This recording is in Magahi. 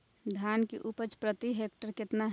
धान की उपज प्रति हेक्टेयर कितना है?